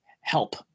help